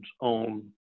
on